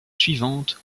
suivantes